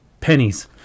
pennies